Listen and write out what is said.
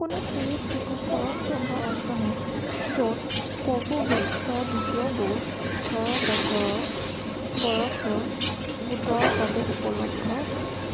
কোনো পেইড টীকাকৰণ কেন্দ্ৰ আছেনে য'ত কোভো ভেক্সিৰ দ্বিতীয় ড'জ ওঠৰ বছৰৰ বয়সৰ গোটৰ বাবে উপলব্ধ